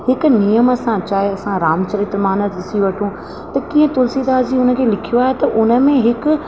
हिक नियम सां चाहे असां रामचरितमानस ॾिसी वठूं त कीअं तुलसीदास जी उनखे लिखियो आहे त हुन में हिक